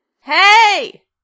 hey